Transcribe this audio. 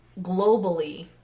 globally